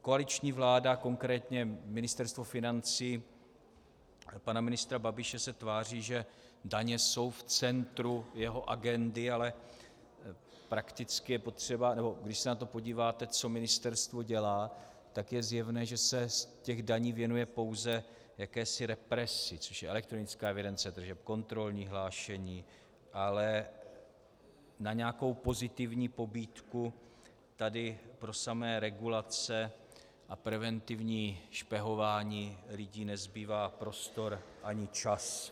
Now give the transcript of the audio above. Koaliční vláda, konkrétně Ministerstvo financí pana ministra Babiše se tváří, že daně jsou v centru jeho agendy, ale když se podíváte na to, co ministerstvo dělá, tak je zjevné, že se z daní věnuje pouze jakési represi, což je elektronická evidence tržeb, kontrolní hlášení, ale na nějakou pozitivní pobídku tady pro samé regulace a preventivní špehování lidí nezbývá prostor ani čas.